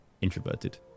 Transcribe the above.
introverted